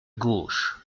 gauche